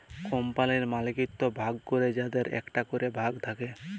কম্পালির মালিকত্ব ভাগ ক্যরে যাদের একটা ক্যরে ভাগ থাক্যে